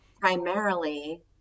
primarily